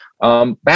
Back